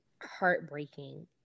heartbreaking